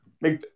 Make